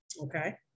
Okay